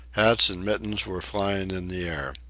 hats and mittens were flying in the air.